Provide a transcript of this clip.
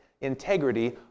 integrity